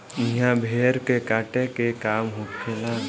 इहा भेड़ के काटे के काम होखेला